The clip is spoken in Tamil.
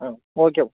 ஆ ஓகே